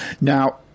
Now